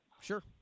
sure